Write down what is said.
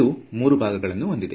ಇದು ಮೂರು ಭಾಗಗಳನ್ನು ಹೊಂದಿದೆ